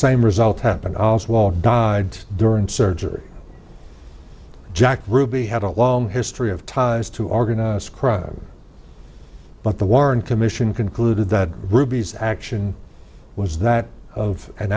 same result as well died during surgery jack ruby had a long history of ties to organized crime but the warren commission concluded that ruby's action was that of an